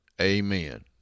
Amen